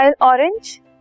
orange